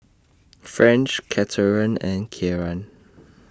French Cathern and Kieran